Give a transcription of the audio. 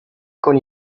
con